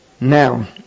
Now